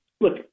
look